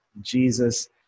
jesus